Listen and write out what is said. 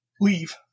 leave